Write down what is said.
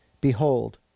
behold